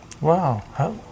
Wow